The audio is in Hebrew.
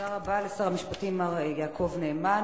תודה רבה לשר המשפטים, מר יעקב נאמן.